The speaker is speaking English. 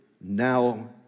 now